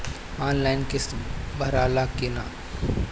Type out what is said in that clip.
Online किस्त भराला कि ना?